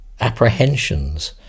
apprehensions